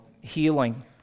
healing